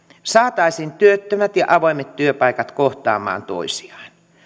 saataisiin työttömät ja avoimet työpaikat kohtaamaan toisiaan